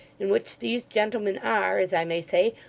in which these gentlemen are, as i may say,